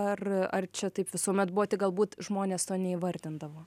ar ar čia taip visuomet buvo tik galbūt žmonės to neįvardindavo